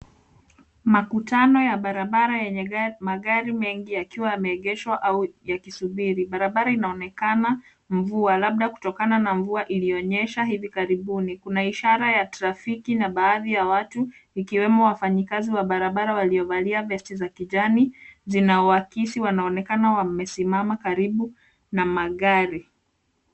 Makutano yenye magari mengi yakiwa yameegeshwa au yakisubiri. Barabara inaonekana mvua labda kutokana na mvua iliyonyesha hivi karibuni. Kuna ishara ya trafiki na baadhi ya watu ikiwemo wafanyakazi wa barabara waliovalia vesti za kijani zinazoakisi. Wanaonekana wamesimama karibu na magari.